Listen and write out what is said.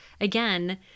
again